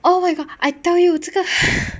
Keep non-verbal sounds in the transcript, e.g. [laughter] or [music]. oh my god I tell you 这个 [breath]